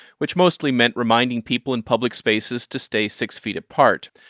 which mostly meant reminding people in public spaces to stay six feet apart.